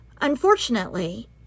Unfortunately